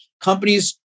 Companies